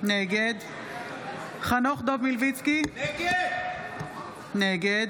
נגד חנוך דב מלביצקי, נגד